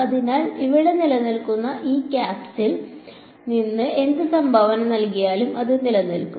അതിനാൽ ഇവിടെ നിലനിൽക്കുന്ന ഈ ക്യാപ്സിൽ നിന്ന് എന്ത് സംഭാവന നൽകിയാലും അത് നിലനിൽക്കും